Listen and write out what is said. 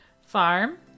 Farm